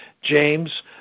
James